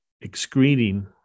excreting